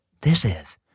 thisis